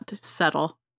settle